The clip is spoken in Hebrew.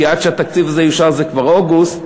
כי עד שהתקציב הזה יאושר זה כבר אוגוסט,